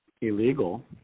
illegal